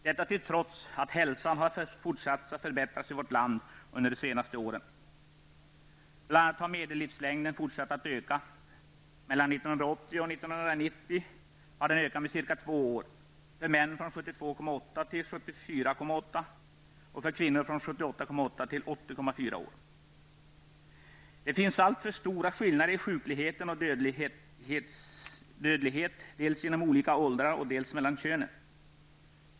Detta trots att hälsan har fortsatt att förbättras i vårt land under de senaste åren. Bl.a. har medellivslängden fortsatt att öka. Mellan 1980 och 1990 har den ökat med ca två år -- för män från Det finns alltfort stora skillnader i sjuklighet och dödlighet dels mellan olika åldrar, dels mellan könen.